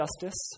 justice